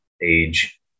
age